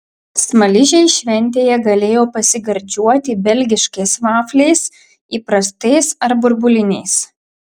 smaližiai šventėje galėjo pasigardžiuoti belgiškais vafliais įprastais ar burbuliniais